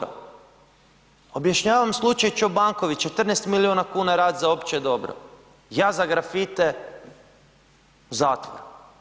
Objašnjavam slučaj Čobanković, 14 milijuna kuna rad za opće dobro, ja za grafite u zatvor.